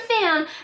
fan